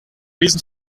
reason